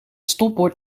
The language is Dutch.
stopbord